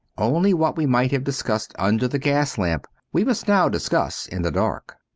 only what we might have discussed under the gas lamp we must now discuss in the dark.